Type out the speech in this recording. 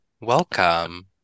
welcome